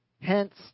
Hence